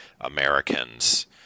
americans